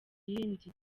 iyindi